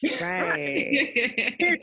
Right